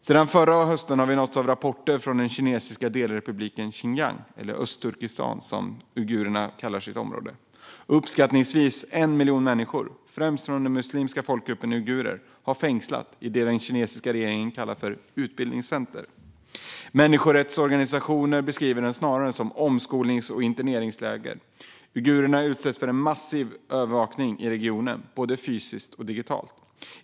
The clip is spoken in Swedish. Sedan förra hösten har vi nåtts av rapporter från den kinesiska delrepubliken Xinjiang - eller Östturkestan som uigurerna kallar sitt område. Uppskattningsvis har 1 miljon människor, främst från den muslimska folkgruppen uigurer, fängslats i det regeringen kallar utbildningscenter. Människorättsorganisationer beskriver dem snarare som omskolnings eller interneringsläger. Uigurerna utsätts för massiv övervakning i regionen, både fysiskt och digitalt.